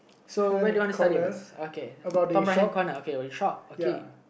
so where do you wanna start it first okay top right hand corner okay the shop okay